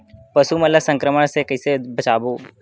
पशु मन ला संक्रमण से कइसे बचाबो?